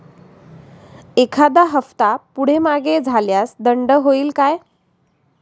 एखादा हफ्ता पुढे मागे झाल्यास दंड होईल काय?